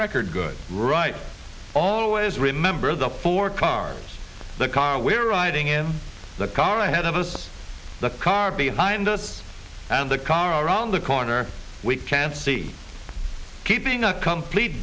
record good right always remember the four cards the car we're riding in the car ahead of us the car behind us and the car around the corner we can see keeping a complete